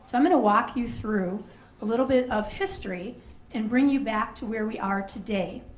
so i'm gonna walk you through a little bit of history and bring you back to where we are today.